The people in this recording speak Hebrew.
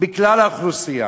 בכלל האוכלוסייה.